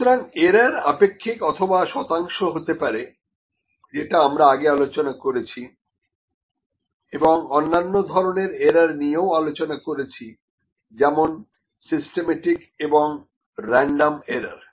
সুতরাং এরার আপেক্ষিক অথবা শতাংশ হতে পারে যেটা আমরা আগে আলোচনা করেছি এবং অন্যান্য ধরনের এরার নিয়েও আলোচনা করেছি যেমন সিস্টেমেটিক এবং রেনডম এরার